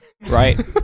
Right